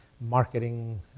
marketing